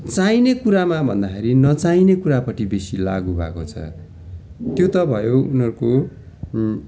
चाहिने कुरामा भन्दाखेरि नचाहिने कुरापट्टि बेसी लागु भएको छ त्यो त भयो उनीहरूको